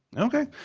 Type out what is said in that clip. okay.